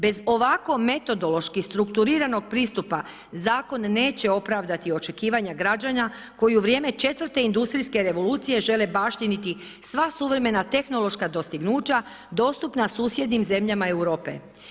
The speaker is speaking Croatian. Bez ovako metodološki strukturiranih pristupa zakon neće opravdati očekivanja građana koji u vrijeme 4 industrijske revolucije žele baštiniti sva suvremena, tehnološka dostignuća dostupna susjednim zemlja Europe.